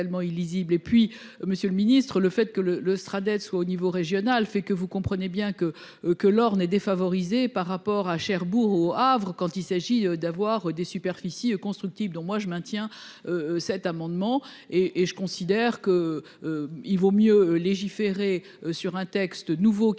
et puis Monsieur le Ministre, le fait que le le sera soit au niveau régional fait que vous comprenez bien que que l'Orne est défavorisé par rapport à Cherbourg au Havre quand il s'agit d'avoir des superficie constructible dont moi je maintiens. Cet amendement et et je considère que. Il vaut mieux légiférer sur un texte nouveau qui prend mieux en